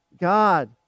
God